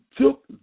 took